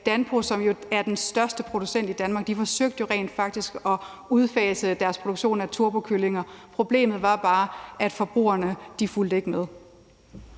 Danpo, som er den største producent i Danmark, rent faktisk forsøgte at udfase deres produktion af turbokyllinger, men at forbrugerne ikke fulgte med.